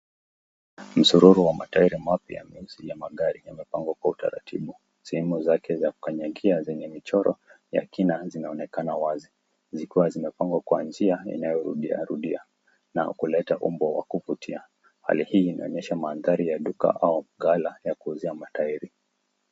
Msururu wa matairi mapya ya minzi ya magari yamepangwa kwa utaratibu. Sehemu zake za kukanyagia zenye michoro ya kina zinaonekana wazi. Zikiwa zimepangwa kwa njia inayorudiarudia na kuleta umbo wa kuvutia. Hali hii inaonyesha maandhari ya duka au mgala ya kuuzia matairi.